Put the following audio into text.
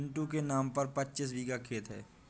पिंटू के नाम पर पच्चीस बीघा खेत है